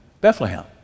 Bethlehem